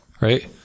Right